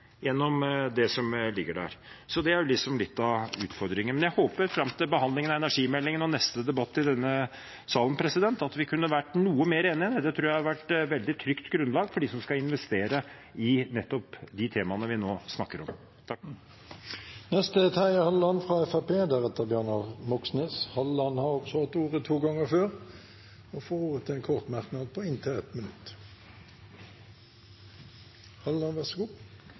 gjennom det som ligger der. Det er liksom litt av utfordringen. Men jeg håper at vi fram til behandlingen av energimeldingen og neste debatt i denne salen kan bli noe mer enige. Det tror jeg hadde vært et veldig trygt grunnlag for dem som skal investere i nettopp de temaene vi nå snakker om. Representanten Terje Halleland har hatt ordet to ganger tidligere og får ordet til en kort merknad, begrenset til 1 minutt.